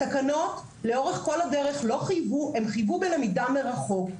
התקנות לאורך כל הדרך חייבו בלמידה מרחוק.